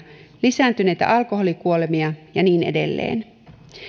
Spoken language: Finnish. lisääntyneitä alkoholikuolemia ja niin edelleen